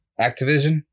Activision